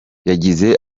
yagize